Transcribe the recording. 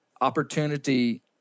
opportunity